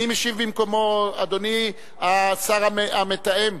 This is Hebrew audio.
מי משיב במקומו, אדוני השר המתאם?